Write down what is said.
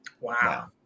Wow